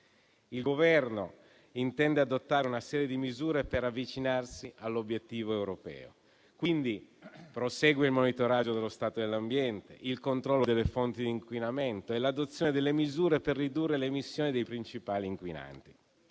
Il Governo intende adottare una serie di misure per avvicinarsi all'obiettivo europeo e quindi prosegue il monitoraggio dello stato dell'ambiente, il controllo delle fonti di inquinamento e l'adozione di misure per ridurre l'emissione dei principali inquinanti.